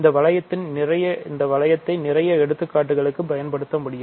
இந்த வளையத்தை நிறைய எடுத்துக்காட்டுக்கு பயன்படுத்த முடியும்